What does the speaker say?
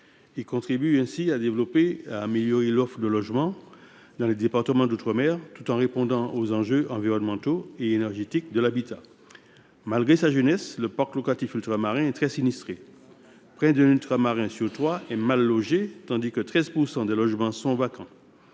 contribuerait au développement et à l’amélioration de l’offre de logements dans les départements d’outre mer, tout en répondant aux enjeux environnementaux et énergétiques de l’habitat. Malgré sa jeunesse, le parc locatif ultramarin est très sinistré. Près d’un Ultramarin sur trois est mal logé, tandis que 13 % des logements sont vacants.